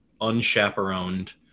unchaperoned